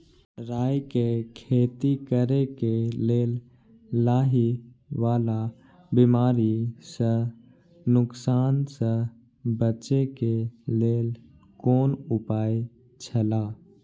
राय के खेती करे के लेल लाहि वाला बिमारी स नुकसान स बचे के लेल कोन उपाय छला?